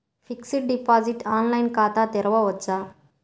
Fixed deposit online ఖాతా తెరువవచ్చా?